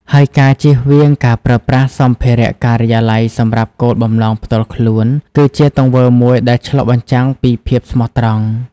ហើយការជៀសវាងការប្រើប្រាស់សម្ភារៈការិយាល័យសម្រាប់គោលបំណងផ្ទាល់ខ្លួន គឺជាទង្វើមួយដែលឆ្លុះបញ្ចាំងពីភាពស្មោះត្រង់។